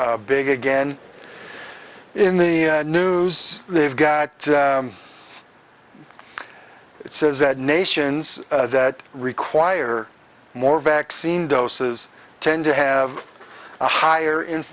big again in the news they've got it says that nations that require more vaccine doses tend to have a higher in